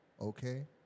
okay